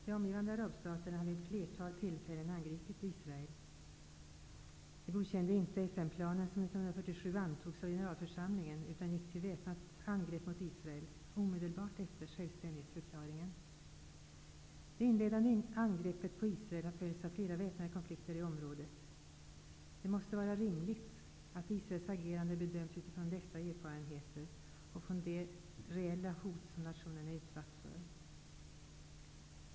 De omgivande arabstaterna har vid ett flertal tillfällen angripit Israel. De godkände inte FN Generalförsamlingen, utan gick till väpnat angrepp mot Israel omedelbart efter självständighetsförklaringen. Det inledande angreppet på Israel har följts av flera väpnade konflikter i området. Det måste vara rimligt att Israels agerande bedöms utifrån dessa erfarenheter och de reella hot som nationen är utsatt för.